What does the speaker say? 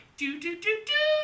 do-do-do-do